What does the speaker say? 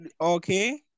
Okay